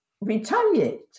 retaliate